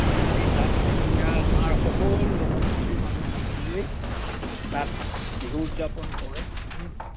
সেই তাত তেতিয়া আমাৰ সকলো জনগোষ্ঠীৰ মানুহ মিলিলৈ তাত বিহু উদযাপন কৰে